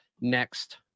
next